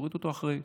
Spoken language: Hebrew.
הורידו אותו אחרי.